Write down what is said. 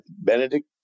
Benedict